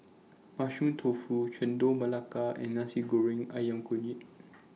Mushroom Tofu Chendol Melaka and Nasi Goreng Ayam Kunyit